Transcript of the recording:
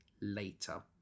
later